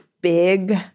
big